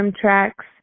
tracks